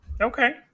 okay